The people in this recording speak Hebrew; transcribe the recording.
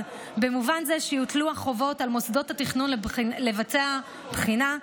במובן זה שיוטלו החובות על מוסדות התכנון לבצע בחינה,